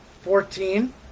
fourteen